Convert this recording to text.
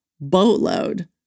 boatload